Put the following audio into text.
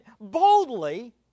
boldly